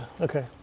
okay